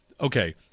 Okay